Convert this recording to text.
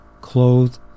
clothed